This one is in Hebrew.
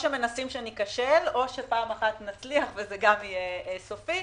או מנסים שניכשל או פעם אחת נצליח וזה גם יהיה סופי,